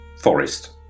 forest